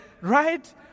right